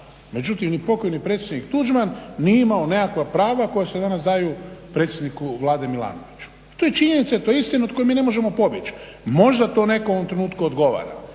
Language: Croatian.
međutim ni pokojni predsjednik Tuđman nije imao nekakva prava koja se danas daju predsjedniku Vlade Milanoviću. To je činjenica i to je istina od koje mi ne možemo pobjeći. Možda to nekom u ovom trenutku odgovara,